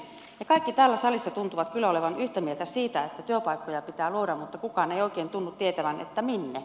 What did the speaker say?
kaikki täällä salissa tuntuvat kyllä olevan yhtä mieltä siitä että työpaikkoja pitää luoda mutta kukaan ei oikein tunnu tietävän minne